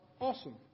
Awesome